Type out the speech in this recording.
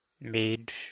made